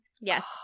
Yes